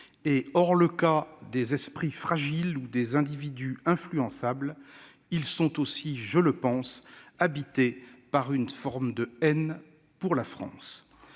et, hors le cas des esprits fragiles ou des individus influençables, ces personnes sont aussi- je le pense -habitées par une forme de haine de la France.